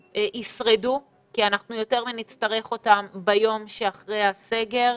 ישרדו כי אנחנו יותר מאשר נצטרך אותם ביום שאחרי הסגר,